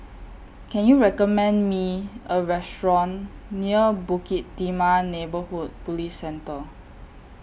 Can YOU recommend Me A Restaurant near Bukit Timah Neighbourhood Police Centre